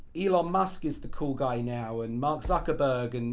elon musk is the cool guy now, and mark zuckerberg. and